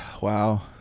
wow